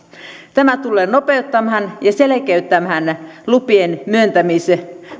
tämä tulee nopeuttamaan ja selkeyttämään lupien myöntämis